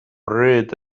red